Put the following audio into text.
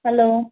hello